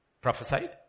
prophesied